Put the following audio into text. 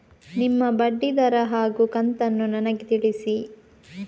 ನಿಮ್ಮ ಬಡ್ಡಿದರ ಹಾಗೂ ಕಂತನ್ನು ನನಗೆ ತಿಳಿಸಿ?